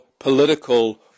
political